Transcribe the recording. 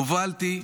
הובלתי,